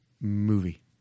Movie